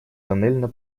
тоннельно